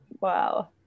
Wow